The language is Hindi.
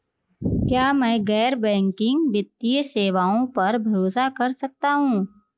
क्या मैं गैर बैंकिंग वित्तीय सेवाओं पर भरोसा कर सकता हूं?